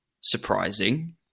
surprising